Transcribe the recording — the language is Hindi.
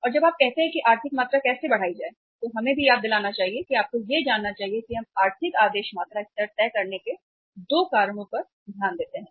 और जब आप कहते हैं कि आर्थिक मात्रा कैसे बढ़ाई जाए तो हमें यह भी याद दिलाना चाहिए और आपको यह जानना चाहिए कि हम आर्थिक आदेश मात्रा स्तर तय करने के 2 कारणों पर ध्यान देते हैं